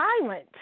violent